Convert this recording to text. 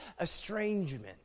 estrangement